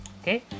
okay